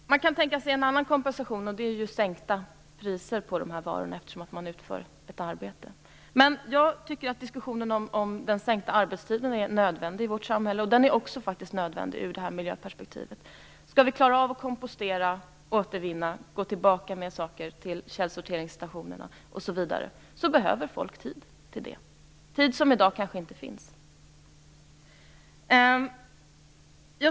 Man kan tänka sig en annan kompensation, nämligen sänkta priser, eftersom man utför ett arbete. Jag tycker att diskussionen om den sänkta arbetstiden är nödvändig i vårt samhälle. Den är också nödvändig ur miljöperspektivet. Skall vi klara att kompostera, återvinna och gå tillbaka med saker till källsorteringsstationerna behövs det tid till det, tid som i dag kanske inte finns.